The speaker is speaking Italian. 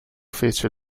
fece